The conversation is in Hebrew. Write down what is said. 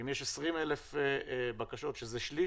שאם יש 20,000 בקשות שטרם נידונו, שזה שליש